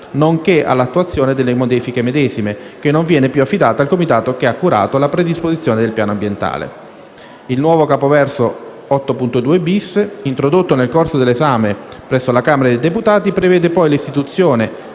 nonché all'attuazione delle modifiche medesime, che non viene più affidata al comitato che ha curato la predisposizione del piano ambientale. Il nuovo comma 8.2-*bis*, introdotto nel corso dell'esame presso la Camera dei deputati, prevede poi l'istituzione,